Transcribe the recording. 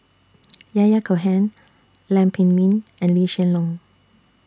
Yahya Cohen Lam Pin Min and Lee Hsien Loong